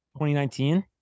2019